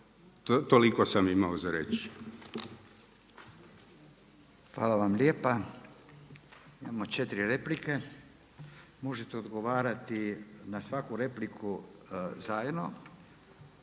Furio (Nezavisni)** Hvala vam lijepa. Imamo 4 replike. Možete odgovarati na svaku repliku zajedno